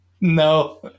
No